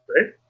right